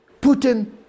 Putin